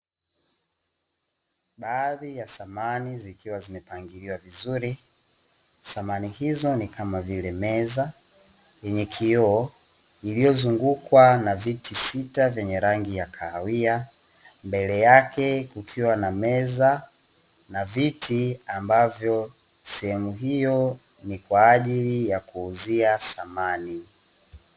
Baadhi ya samani zikiwa zimepangiliwa vizuri, samani hizo ni kama vile: meza yenye kioo iliyozungukwa na viti sita vyenye rangi ya kahawia, mbele yake kukiwa na meza na viti ambavyo sehemu hiyo ni kwa ajili ya kuuzia samani.